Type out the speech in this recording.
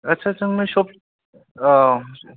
आथसा जोंनो सब औ